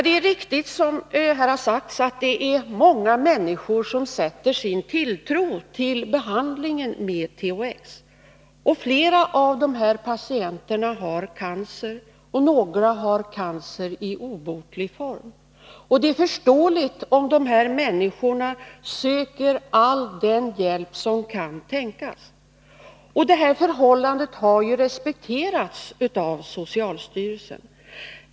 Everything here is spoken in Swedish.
Det är riktigt, som här har sagts, att det är många människor som sätter sin tilltro till behandlingen med THX. Flera av patienterna har cancer, och några av dem har cancer i obotlig form. Det är förståeligt om dessa människor söker all den hjälp som tänkas kan. Det här förhållandet har också respekterats av socialstyrelsen.